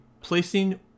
placing